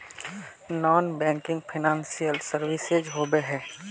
Non banking financial services होबे है?